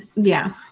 yeah.